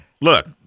Look